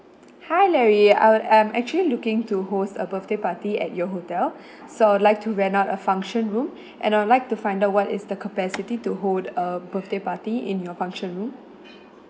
hi larry I would I'm actually looking to host a birthday party at your hotel so I would like to rent out a function room and I would like to find out what is the capacity to hold a birthday party in your function room